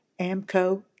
Amco